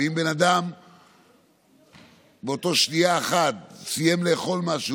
ואם בן אדם באותה שנייה סיים לאכול משהו,